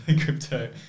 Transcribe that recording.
crypto